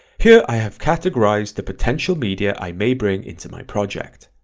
here i have categorized the potential media i may bring into my project.